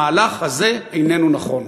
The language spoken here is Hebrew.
המהלך הזה איננו נכון.